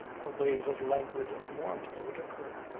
a wave of languid warmth overtook her,